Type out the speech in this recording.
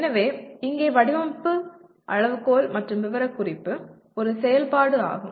எனவே இங்கே வடிவமைப்பு அளவுகோல் மற்றும் விவரக்குறிப்பு ஒரு செயல்பாடு ஆகும்